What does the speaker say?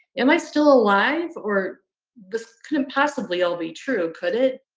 am i still alive or could it possibly all be true? could it?